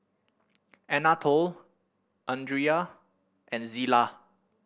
Anatole Andria and Zillah